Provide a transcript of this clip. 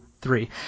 three